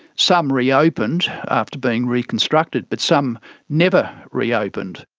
some reopened after being reconstructed but some never reopened.